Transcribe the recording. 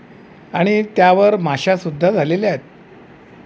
आणि त्यावर माशासुद्धा झालेल्या आहेत